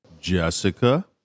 Jessica